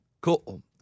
Cool